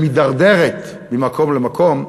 והיא מידרדרת ממקום למקום,